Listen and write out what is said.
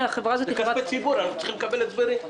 זה כספי ציבור, אנחנו צריכים לקבל הסברים.